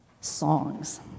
songs